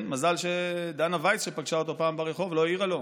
מזל שדנה וייס שפגשה אותו פעם ברחוב לא העירה לו.